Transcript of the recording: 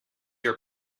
your